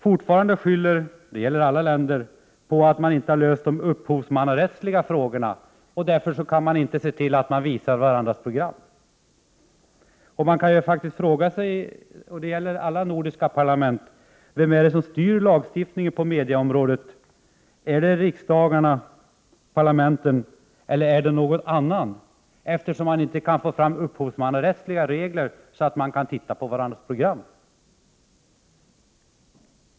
Fortfarande skyller de nordiska länderna på varandra för att man inte har löst de upphovsmannarättsliga frågorna. Därför kan vi inte se varandras program. Man kan fråga sig — och det gäller alla nordiska parlament — vem det är som styr lagstiftningen på mediaområdet. Är det parlamenten eller någon annan, eftersom man inte kan få fram upphovsmannarättsliga regler så att vi kan titta på varandras program?